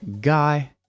guy